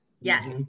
yes